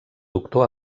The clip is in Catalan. doctor